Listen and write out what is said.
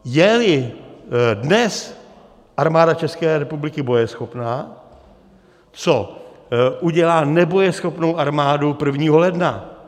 Jeli dnes Armáda České republiky bojeschopná, co udělá nebojeschopnou armádou prvního ledna?